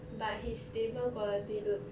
but his table quality looks